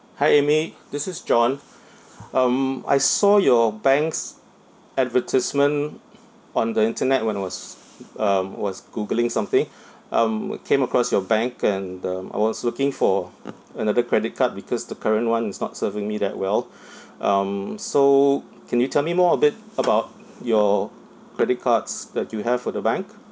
hi amy this is john um I saw your bank's advertisement on the internet when I was um was googling something um came across your bank and um I was looking for another credit card because the current one is not serving me that well um so can you tell me more a bit about your credit cards that you have for the bank